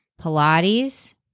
Pilates